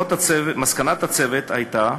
מסקנת הצוות הייתה